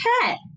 pet